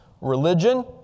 religion